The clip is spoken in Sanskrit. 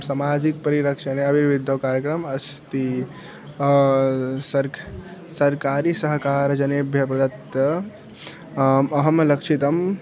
सामाजिकपरिरक्षणे अभिवृद्धौ कार्यक्रमः अस्ति सर्क् सर्वकारसहकारजनेभ्यः प्रदत्तम् आम् अहं लक्षितम्